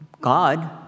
God